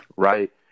Right